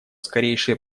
скорейшее